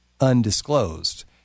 undisclosed